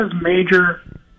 major